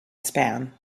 span